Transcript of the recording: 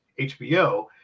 HBO